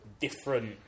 different